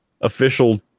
official